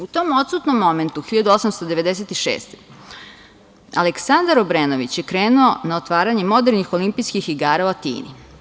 U tom odsutnom momentu, 1896. godine, Aleksandar Obrenović je krenuo na otvaranje modernih olimpijskih igara u Atini.